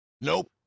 Nope